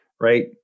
right